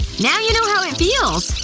now you know how it feels!